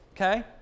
okay